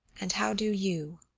and how do you?